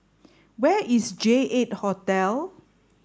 where is J eight Hotel